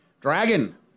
dragon